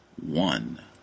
one